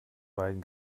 beidem